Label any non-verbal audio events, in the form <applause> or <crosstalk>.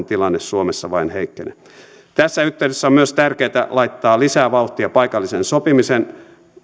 <unintelligible> tilanne suomessa vain heikkenee tässä yhteydessä on myös tärkeätä laittaa lisää vauhtia paikallisen sopimisen